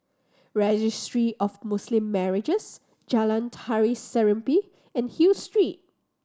Registry of Muslim Marriages Jalan Tari Serimpi and Hill Street